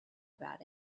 about